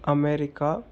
America